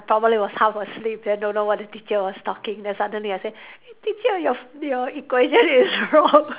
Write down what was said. probably was half asleep then don't know what the teacher was talking then suddenly I say teacher your your equation is wrong